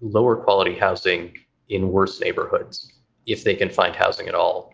lower quality housing in worse neighborhoods if they can find housing at all,